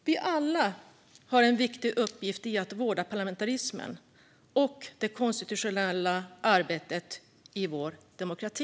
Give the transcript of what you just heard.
Vi alla har en viktig uppgift i att vårda parlamentarismen och det konstitutionella arbetet i vår demokrati.